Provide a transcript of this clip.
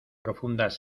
profundas